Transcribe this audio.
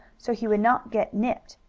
so he would not get nipped,